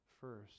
first